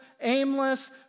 aimless